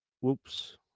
whoops